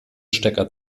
stecker